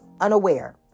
unaware